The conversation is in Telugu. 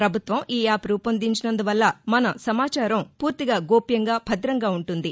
పభుత్వం ఈ యాప్ రూపొందించి నందువల్ల మన సమాచారం పూర్తిగా గోప్యంగా భద్రంగా ఉంటుంది